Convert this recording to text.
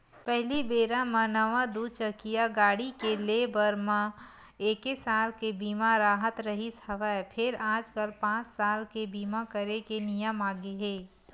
पहिली बेरा म नवा दू चकिया गाड़ी के ले बर म एके साल के बीमा राहत रिहिस हवय फेर आजकल पाँच साल के बीमा करे के नियम आगे हे